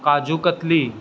kaju katli